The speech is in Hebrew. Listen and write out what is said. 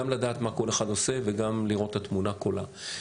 גם לדעת מה כל אחד עושה וגם לראות את התמונה כולה.